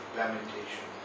lamentation